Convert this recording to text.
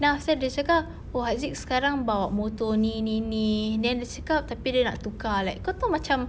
then after dia cakap oh haziq sekarang bawa motor ini ini ini then dia cakap tapi dia nak tukar like kau tahu macam